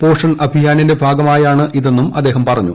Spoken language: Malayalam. പോഷൺ അഭിയാനിന്റെ ഭാഗമായാണിതെന്നും അദ്ദേഹം പറഞ്ഞു